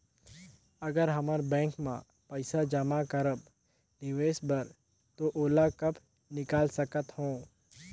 अगर हमन बैंक म पइसा जमा करब निवेश बर तो ओला कब निकाल सकत हो?